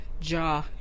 jaw